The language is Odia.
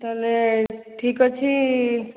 ତା'ହେଲେ ଠିକ୍ ଅଛି